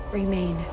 remain